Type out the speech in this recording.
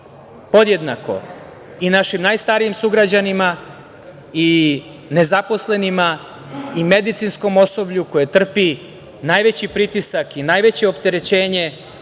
podjednako i našim najstarijim sugrađanima i nezaposlenima i medicinskom osoblju koje trpi najveći pritisak i najveće opterećenje,